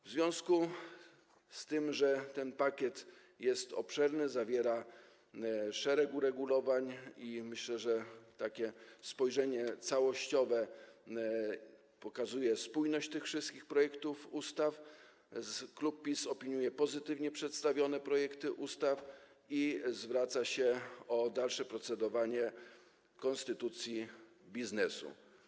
W związku z tym, że ten pakiet jest obszerny, zawiera szereg uregulowań i myślę, że takie całościowe spojrzenie pokazuje spójność tych wszystkich projektów ustaw, klub PiS pozytywnie opiniuje przedstawione projekty ustaw i zwraca się o dalsze procedowanie konstytucji biznesu.